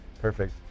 Perfect